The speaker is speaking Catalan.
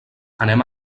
anem